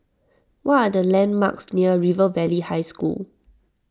what are the landmarks near River Valley High School